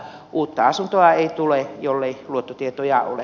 uutta asuntoa ei tule jollei luottotietoja ole